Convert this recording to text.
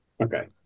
Okay